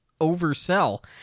oversell